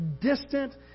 distant